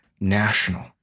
national